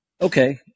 Okay